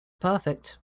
perfect